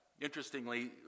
Interestingly